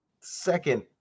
second